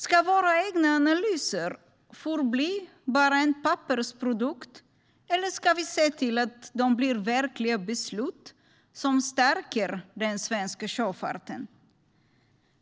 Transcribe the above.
Ska våra egna analyser förbli bara en pappersprodukt, eller ska vi se till att de blir verkliga beslut som stärker den svenska sjöfarten?